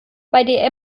bei